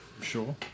Sure